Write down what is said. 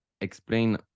explain